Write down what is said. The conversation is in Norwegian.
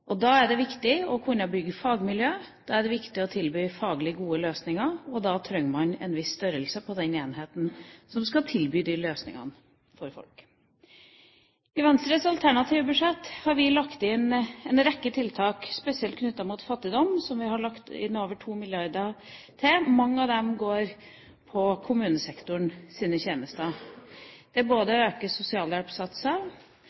Da er det viktig å kunne bygge fagmiljø, da er det viktig å tilby faglig gode løsninger, og da trenger man en viss størrelse på den enheten som skal tilby de løsningene til folk. I Venstres alternative budsjett har vi lagt inn over 2 mrd. kr til en rekke tiltak spesielt rettet mot fattigdom.